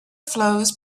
flows